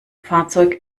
fahrzeug